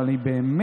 אבל אני באמת,